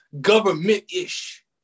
government-ish